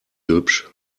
hübsch